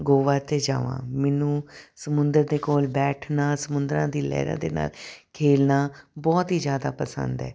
ਗੋਆ 'ਤੇ ਜਾਵਾਂ ਮੈਨੂੰ ਸਮੁੰਦਰ ਦੇ ਕੋਲ ਬੈਠਣਾ ਸਮੁੰਦਰਾਂ ਦੀ ਲਹਿਰਾਂ ਦੇ ਨਾਲ ਖੇਡਣਾ ਬਹੁਤ ਹੀ ਜ਼ਿਆਦਾ ਪਸੰਦ ਹੈ